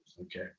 okay